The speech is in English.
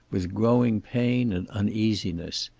with growing pain and uneasiness.